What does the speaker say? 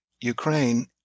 Ukraine